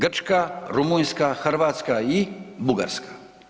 Grčka, Rumunjska, Hrvatska i Bugarska.